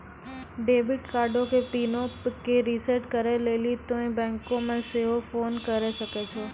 debit कार्डो के पिनो के रिसेट करै लेली तोंय बैंको मे सेहो फोन करे सकै छो